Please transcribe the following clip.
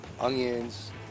Onions